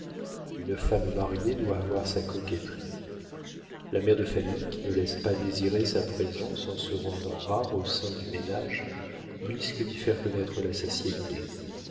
une femme mariée doit avoir sa coquetterie la mère de famille qui ne laisse pas désirer sa présence en se rendant rare au sein du ménage risque d'y faire connaître la satiété